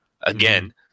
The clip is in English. again